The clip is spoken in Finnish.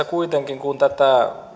kuitenkin kun tätä